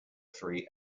three